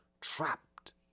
trapped